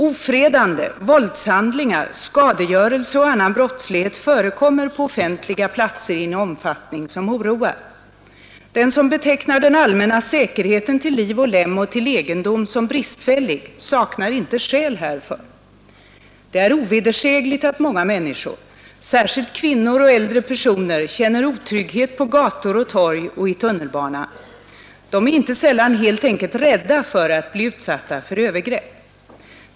Ofredande, våldshandlingar, skadegörelse och annan brottslighet förekommer på offentliga platser i en omfattning som oroar. Den som betecknar den allmänna säkerheten till liv och lem och till egendom som bristfällig saknar inte skäl härför. Det är ovedersägligt att många människor — särskilt kvinnor och äldre personer — känner otrygghet på gator och torg och i tunnelbanan. De är inte sällan helt enkelt rädda för att bli utsatta för övergrepp.